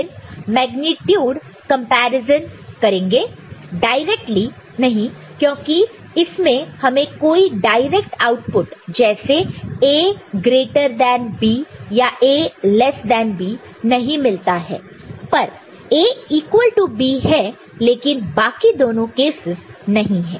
फिर magnitude comparison करेंगे directly नहीं क्योंकि इसमें हमें कोई डायरेक्ट आउटपुट जैसे A ग्रेटर देन B या A लेस देन B नहीं मिलता है पर A इक्वल टू B है लेकिन बाकी दोनों केसस नहीं है